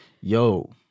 yo